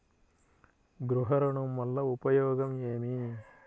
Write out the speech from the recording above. గృహ ఋణం వల్ల ఉపయోగం ఏమి?